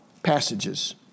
passages